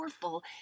powerful